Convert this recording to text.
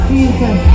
Jesus